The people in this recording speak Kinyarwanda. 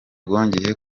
bwongeye